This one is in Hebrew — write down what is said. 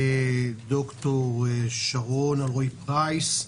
ד"ר שרון אלרעי פרייס,